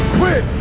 quit